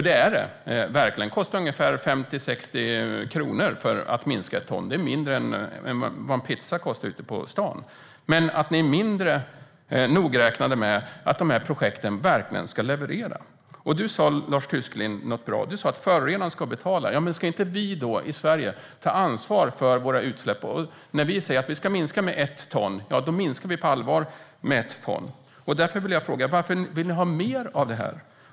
Det är det verkligen - det kostar 50-60 kronor att minska ett ton. Det är mindre än vad en pizza kostar ute på stan. Men ni är mindre nogräknade med att de här projekten verkligen ska leverera. Du sa, Lars Tysklind, något bra. Du sa att förorenaren ska betala. Ja, men ska inte vi i Sverige då ta ansvar för våra utsläpp? När vi säger att vi ska minska med ett ton ska vi på allvar minska med ett ton. Därför vill jag fråga: Varför vill ni ha mer av det här?